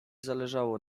zależało